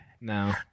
No